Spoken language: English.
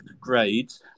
grades